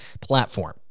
platform